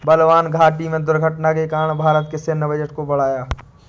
बलवान घाटी में दुर्घटना के कारण भारत के सैन्य बजट को बढ़ाया